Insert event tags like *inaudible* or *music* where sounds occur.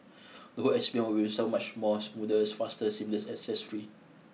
*noise* the whole experience would so much more smoother faster seamless and stress free